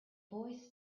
boy